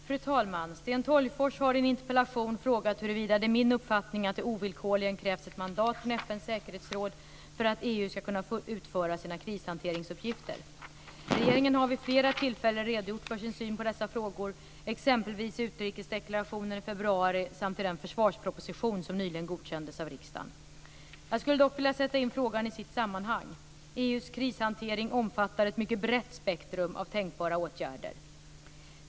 Fru talman! Sten Tolgfors har i en interpellation frågat huruvida det är min uppfattning att det ovillkorligen krävs ett mandat från FN:s säkerhetsråd för att EU ska kunna utföra sina krishanteringsuppgifter. Regeringen har vid flera tillfällen redogjort för sin syn på dessa frågor, exempelvis i utrikesdeklarationen i februari samt i den försvarsproposition som nyligen godkändes av riksdagen. Jag skulle dock vilja sätta in frågan i sitt sammanhang. EU:s krishantering omfattar ett mycket brett spektrum av tänkbara åtgärder.